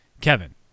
Kevin